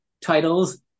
titles